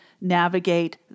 navigate